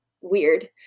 weird